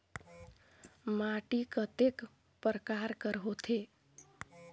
माटी कतेक परकार कर होथे?